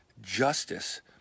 justice